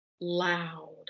loud